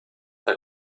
bei